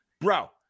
Bro